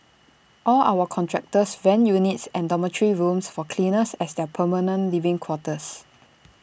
all our contractors rent units and dormitory rooms for cleaners as their permanent living quarters